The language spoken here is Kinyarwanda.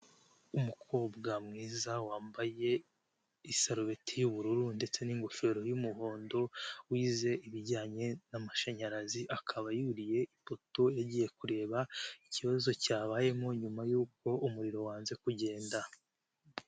Umukobwa mwiza wambaye isarubeti y'ubururu ndetse n'ingofero y'umuhondo wize ibijyanye n'amashanyarazi akaba yuriye ipoto yagiye kureba ikibazo cyabayemo nyuma y'uko umuriro wanze kugenda.